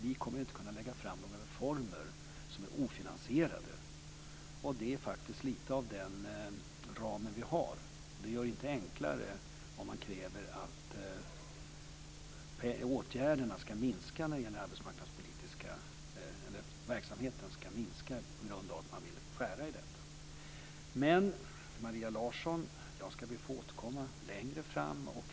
Vi kommer inte att kunna lägga fram några reformer som är ofinansierade. Det är den ramen vi har. Det gör det inte enklare att man kräver att den arbetsmarknadspolitiska verksamheten ska minska på grund av att man vill skära. Jag ska be att få återkomma längre fram, Maria Larsson.